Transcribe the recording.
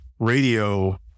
radio